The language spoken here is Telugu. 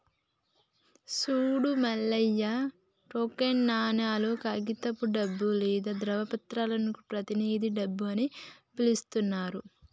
సూడు మల్లయ్య టోకెన్ నాణేలు, కాగితపు డబ్బు లేదా ధ్రువపత్రాలను ప్రతినిధి డబ్బు అని పిలుత్తారు